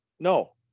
No